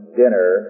dinner